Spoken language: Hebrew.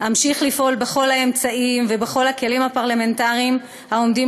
אמשיך לפעול בכל האמצעים ובכל הכלים הפרלמנטריים העומדים